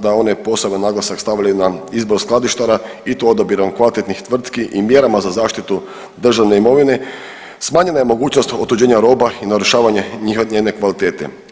da one poseban naglasak stavljaju na izbor skladištara i to odabirom kvalitetnih tvrtki i mjerama za zaštitu državne imovine smanjenja je mogućnost otuđenja roba i narušavanje njene kvalitete.